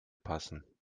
passen